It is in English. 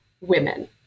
women